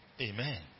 Amen